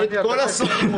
את כל הסוכנויות.